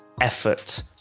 effort